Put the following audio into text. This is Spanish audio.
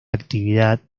actividad